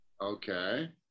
Okay